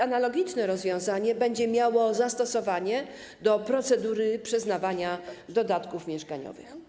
Analogiczne rozwiązanie będzie miało zastosowanie do procedury przyznawania dodatków mieszkaniowych.